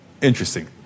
interesting